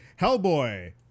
Hellboy